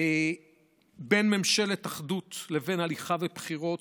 בין ממשלת אחדות לבין הליכה לבחירות,